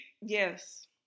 Yes